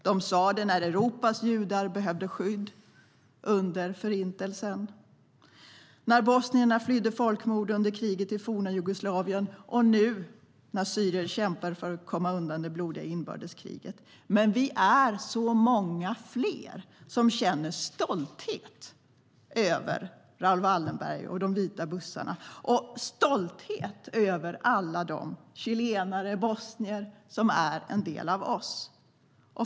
De sa det när Europas judar behövde skydd under Förintelsen, när bosnier flydde undan folkmord under kriget i forna Jugoslavien, och de säger det nu när syrier kämpar för att komma undan det blodiga inbördeskriget. Men vi är så många fler som känner stolthet över Raoul Wallenberg och de vita bussarna och över alla de chilenare och bosnier som är en del av oss.